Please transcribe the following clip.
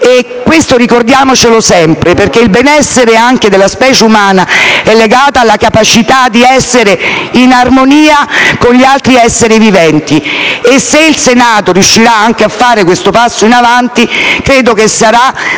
persone. Ricordiamolo sempre, perché il benessere della specie umana è legato alla capacità di essere in armonia con gli altri esseri viventi. Se il Senato riuscirà a compiere questo passo in avanti, sarà